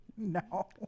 No